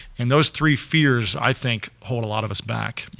and those three fears, i think hold a lot of us back.